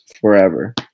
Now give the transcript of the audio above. forever